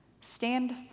Stand